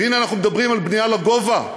הנה אנחנו מדברים על בנייה לגובה,